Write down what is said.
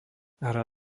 hra